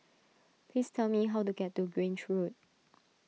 please tell me how to get to Grange Road